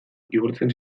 igortzen